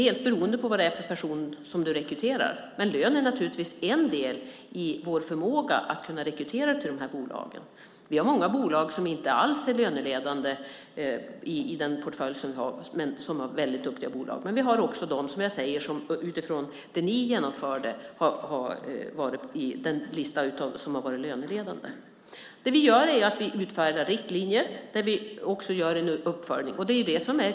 Det beror på vilken person man rekryterar. Lön är naturligtvis en del när det gäller vår förmåga att rekrytera till de här bolagen. Vi har många väldigt duktiga bolag i vår portfölj som inte alls är löneledande, men vi har också sådana, som utifrån det ni genomförde, har legat på listan över löneledande företag. Vi utfärdar riktlinjer och gör en uppföljning.